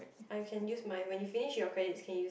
I can use mine when you finish your credit you can use